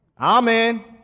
Amen